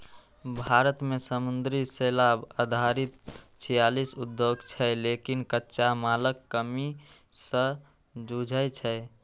भारत मे समुद्री शैवाल आधारित छियालीस उद्योग छै, लेकिन कच्चा मालक कमी सं जूझै छै